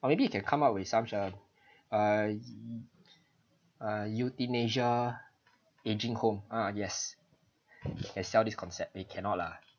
or maybe you can come up with such a a a euthanasia aging home uh yes can sell this concept eh cannot lah